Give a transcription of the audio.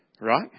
Right